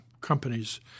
companies